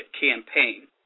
Campaign